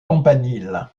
campanile